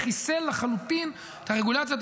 חיסל לחלוטין את הרגולציה,